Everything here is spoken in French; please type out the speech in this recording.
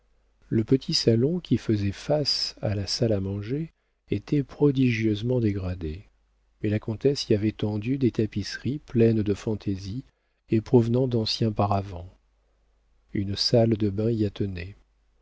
le petit salon qui faisait face à la salle à manger était prodigieusement dégradé mais la comtesse y avait tendu des tapisseries pleines de fantaisies et provenant d'anciens paravents une salle de bain y